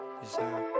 desire